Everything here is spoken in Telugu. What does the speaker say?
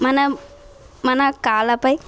మన మన కాళ్ళపై